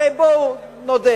הרי בואו נודה